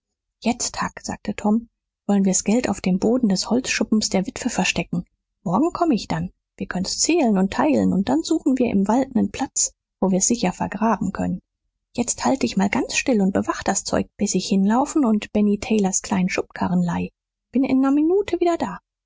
jetzt huck sagte tom wollen wir s geld auf dem boden des holzschuppens der witwe verstecken morgen komm ich dann wir können's zählen und teilen und dann suchen wir im wald nen platz wo wir's sicher vergraben können jetzt halt dich mal ganz still und bewach das zeug bis ich hinlauf und benny taylors kleinen schubkarren leih bin in ner minute wieder da